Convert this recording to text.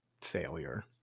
failure